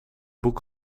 boek